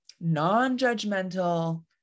non-judgmental